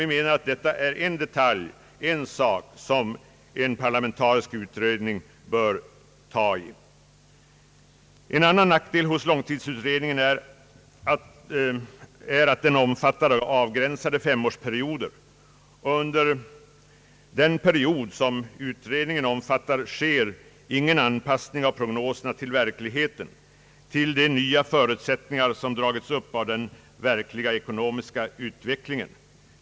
Vi menar dock att detta är en detalj, en sak: som en parlamentarisk utredning bör gripa sig an med. : En annan nackdel hos långtidsutredningen är att den omfattar avgränsade femårsperioder. Under den period som utredningen omfattar sker ingen anpassning av prognoserna till verkligheten, till de nya förutsättningar som dragits upp av den verkliga ekonomiska utvecklingen.